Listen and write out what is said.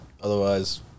Otherwise